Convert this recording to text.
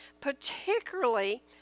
particularly